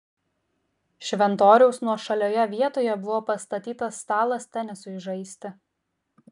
šventoriaus nuošalioje vietoje buvo pastatytas stalas tenisui žaisti